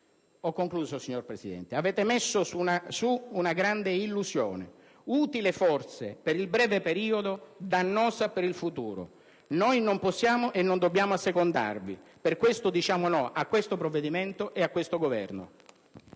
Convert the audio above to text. perseguiti per primi. Avete generato una grande illusione, utile forse per il breve periodo, ma dannosa per il futuro. Noi non possiamo e non dobbiamo assecondarvi; per questo diciamo no a questo provvedimento e a questo Governo.